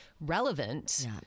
relevant